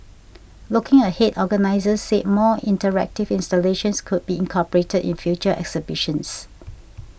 looking ahead organisers said more interactive installations could be incorporated in future exhibitions